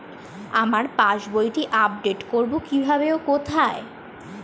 আমার পাস বইটি আপ্ডেট কোরবো কীভাবে ও কোথায়?